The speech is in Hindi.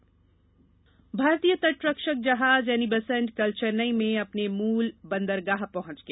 तटरक्षक जहाज भारतीय तट रक्षक जहाज एनी बेसेंट कल चेन्नई में अपने मूल बंदरगाह पहुंच गया